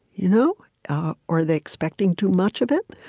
you know or are they expecting too much of it?